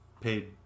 paid